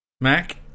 Mac